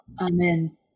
Amen